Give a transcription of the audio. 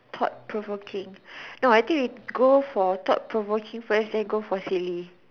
thought provoking no I think we go for thought provoking first then go for silly